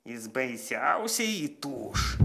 jis baisiausiai įtūš